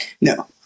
No